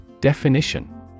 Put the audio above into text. Definition